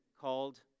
called